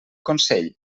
consell